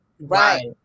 Right